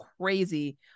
crazy